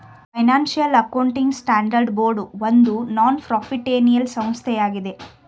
financial accounting standard board ಒಂದು non ಪ್ರಾಫಿಟ್ಏನಲ್ ಸಂಸ್ಥೆಯಾಗಿದೆ